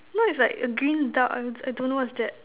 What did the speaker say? no it's like a green dark I I I don't know what's that